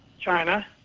china